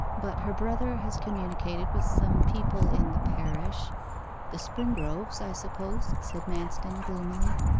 but her brother has communicated with some people in the parish the springroves, i suppose said manston gloomily.